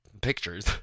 pictures